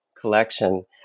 collection